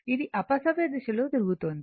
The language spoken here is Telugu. ఇది అపసవ్యదిశ లో తిరుగుతోంది